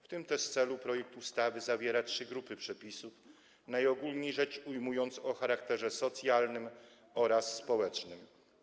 W tym też celu projekt ustawy zawiera trzy grupy przepisów, najogólniej rzecz ujmując, o charakterze socjalnym oraz społecznym.